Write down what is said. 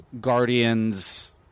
Guardians